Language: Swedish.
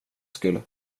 skull